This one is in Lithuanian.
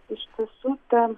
iš tiesų ten